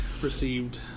received